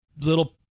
little